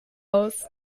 aus